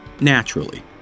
naturally